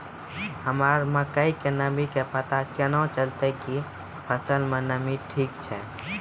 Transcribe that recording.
हमरा मकई के नमी के पता केना चलतै कि फसल मे नमी ठीक छै?